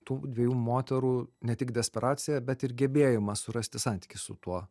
tų dviejų moterų ne tik desperacija bet ir gebėjimas surasti santykį su tuo